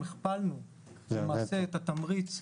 ראשית, הוא נמצא בדיונים.